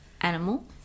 animal